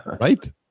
right